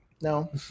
No